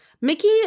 Mickey